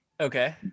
Okay